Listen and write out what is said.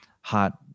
hot